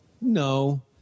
No